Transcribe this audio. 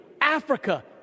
Africa